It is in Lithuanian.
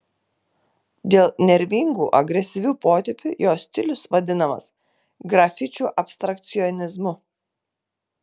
dėl nervingų agresyvių potėpių jo stilius vadinamas grafičių abstrakcionizmu